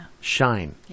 shine